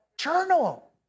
journal